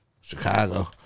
Chicago